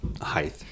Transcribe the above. height